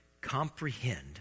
comprehend